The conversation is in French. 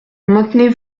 maintenez